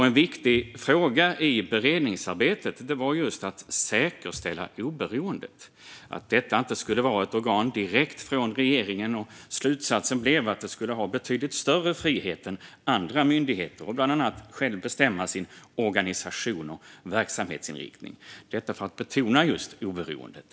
En viktig fråga i beredningsarbetet var just att säkerställa oberoendet, alltså att detta inte skulle vara ett organ direkt från regeringen. Slutsatsen blev att institutet skulle ha betydligt större frihet än andra myndigheter och bland annat självt bestämma sin organisation och verksamhetsinriktning, detta för att betona just oberoendet.